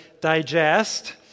digest